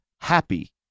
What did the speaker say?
happy